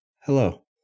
Hello